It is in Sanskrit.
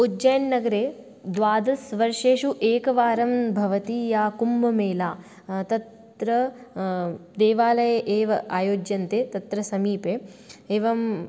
उजैननगरे द्वादशवर्षेषु एकवारं भवति या कुम्बमेला तत्र देवालये एव आयोज्यन्ते तत्र समीपे एवम्